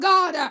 God